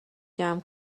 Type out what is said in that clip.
جمع